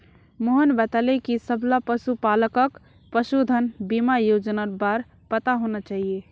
मोहन बताले कि सबला पशुपालकक पशुधन बीमा योजनार बार पता होना चाहिए